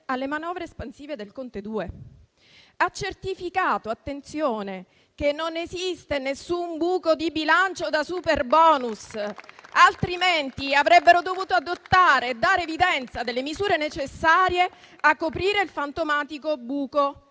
alle manovre espansive del secondo Governo Conte; ha certificato che non esiste nessun buco di bilancio da superbonus, altrimenti avrebbero dovuto adottare e dare evidenza a misure necessarie a coprire il fantomatico buco.